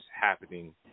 happening